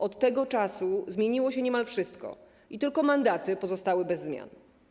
Od tego czasu zmieniło się niemal wszystko i tylko mandaty pozostały bez zmian.